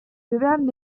werden